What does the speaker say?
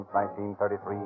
1933